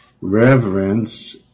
reverence